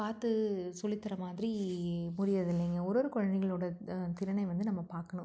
பார்த்து சொல்லித் தர மாதிரி முடிகிறதில்லைங்க ஒரு ஒரு கொழந்தைகளோட திறனை வந்து நம்ம பார்க்கணும்